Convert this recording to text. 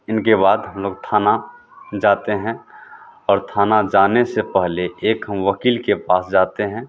इनके बाद हम लोग थाना जाते हैं और थाना जाने से पहले एक हम वक़ील के पास जाते हैं